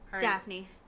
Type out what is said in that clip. Daphne